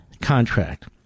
contract